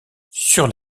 sur